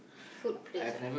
food place ah